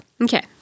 Okay